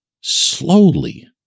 slowly